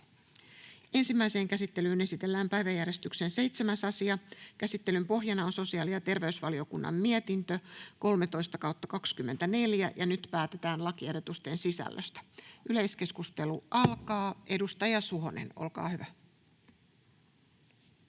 Ensimmäiseen käsittelyyn esitellään päiväjärjestyksen 7. asia. Käsittelyn pohjana on sosiaali- ja terveysvaliokunnan mietintö StVM 13/2024 vp. Nyt päätetään lakiehdotusten sisällöstä. — Yleiskeskustelu alkaa. Edustaja Suhonen, olkaa hyvä.